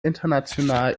international